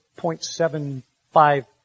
0.75